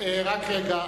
התנהגותך.